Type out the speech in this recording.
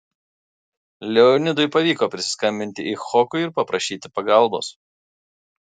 leonidui pavyko prisiskambinti icchokui ir paprašyti pagalbos